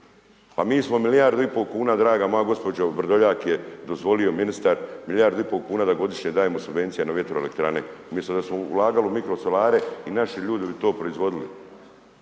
a mi smo milijardu i pol kuna, draga moja gospođo, Vrdoljak je dozvolio, ministar, milijardu i pol kuna da godišnje dajemo subvencije na vjetroelektrane umjesto da smo ulagali u mikrosolare i naši ljudi bi to proizvodili.